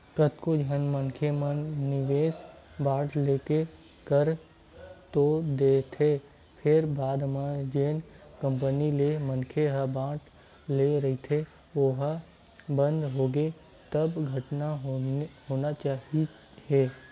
कतको झन मनखे मन निवेस बांड लेके कर तो देथे फेर बाद म जेन कंपनी ले मनखे ह बांड ले रहिथे ओहा बंद होगे तब घाटा होना ही हे